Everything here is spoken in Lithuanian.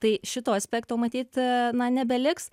tai šito aspekto matyt a na nebeliks